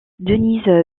denise